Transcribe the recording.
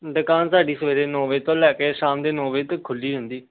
ਦੁਕਾਨ ਸਾਡੀ ਸਵੇਰੇ ਨੌਂ ਵਜੇ ਤੋਂ ਲੈ ਕੇ ਸ਼ਾਮ ਦੇ ਨੌਂ ਵਜੇ ਤੱਕ ਖੁੱਲ੍ਹੀ ਹੁੰਦੀ